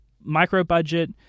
micro-budget